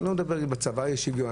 אני לא מדבר על האם בצבא יש שוויון.